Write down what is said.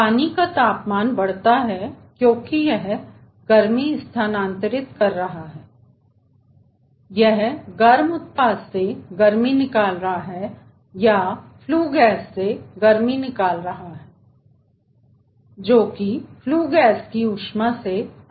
पानी का तापमान बढ़ता है क्योंकि यह गर्मी स्थानांतरित कर रहा है या यह गर्म उत्पाद से गर्मी निकाल रहा है या फ्लू गैस से गर्मी निकाल रहा है जोकि फ्लू गैस की ऊष्मा से आता है